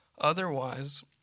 Otherwise